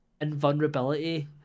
invulnerability